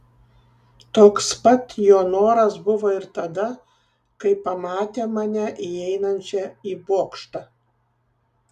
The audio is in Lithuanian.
toks pat jo noras buvo ir tada kai pamatė mane įeinančią į bokštą